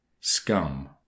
scum